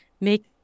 Make